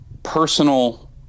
personal